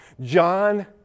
John